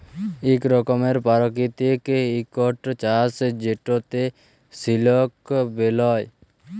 ইক রকমের পারকিতিক ইকট চাষ যেটতে সিলক বেলায়